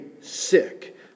sick